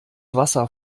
wasser